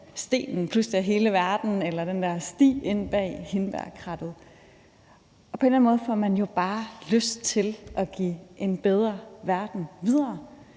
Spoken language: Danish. nede under stenen, eller den der sti inde bag hindbærkrattet pludselig er hele verden. På en eller anden måde får man jo bare lyst til at give en bedre verden videre,